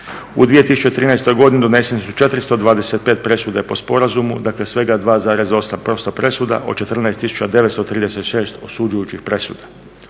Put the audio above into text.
U 2013. godini donesene su 425 presude po sporazumu, dakle svega 2,8% presuda od 14 936 osuđujućih presuda.